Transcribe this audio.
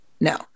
No